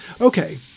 Okay